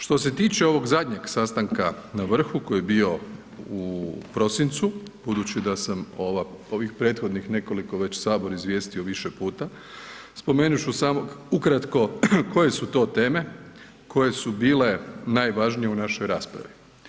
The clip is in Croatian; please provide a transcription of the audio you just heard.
Što se tiče ovog zadnjeg sastanka na vrhu koji je bio u prosincu budući da sam ovih prethodnih nekoliko već Sabor izvijestio više puta, spomenut ću samo ukratko koje su to teme koje su bile najvažnije u našoj raspravi.